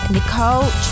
Nicole